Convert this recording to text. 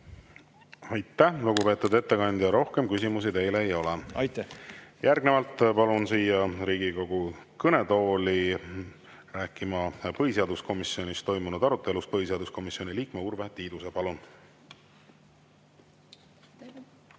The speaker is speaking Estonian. Aitäh, lugupeetud ettekandja! Rohkem küsimusi teile ei ole. Aitäh! Järgnevalt palun siia Riigikogu kõnetooli rääkima põhiseaduskomisjonis toimunud arutelust põhiseaduskomisjoni liikme Urve Tiiduse. Palun!